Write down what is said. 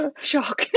shock